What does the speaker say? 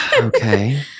Okay